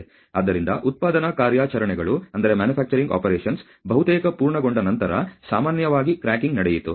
ಆದ್ದರಿಂದ ಉತ್ಪಾದನಾ ಕಾರ್ಯಾಚರಣೆಗಳು ಬಹುತೇಕ ಪೂರ್ಣಗೊಂಡ ನಂತರ ಸಾಮಾನ್ಯವಾಗಿ ಕ್ರ್ಯಾಕಿಂಗ್ ನಡೆಯಿತು